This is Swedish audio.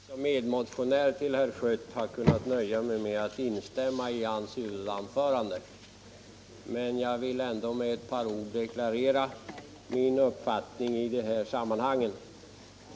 Fru talman! Jag skulle som medmotionär till herr Schött ha kunnat nöja mig med att instämma i hans huvudanförande, men jag vill ändå med några ord deklarera min uppfattning i dessa frågor.